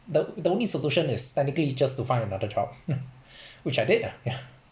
the the only solution is technically just to find another job which I did lah yeah